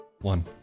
one